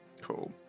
Cool